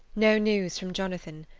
no news from jonathan.